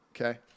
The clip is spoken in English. okay